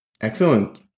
Excellent